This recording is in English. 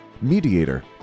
mediator